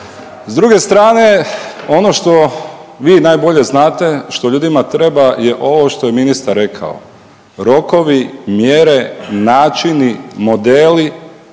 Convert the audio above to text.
S druge strane ono što vi najbolje znate što ljudima treba je ovo što je ministar rekao, rokovi, mjere, načini, modeli,